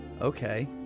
Okay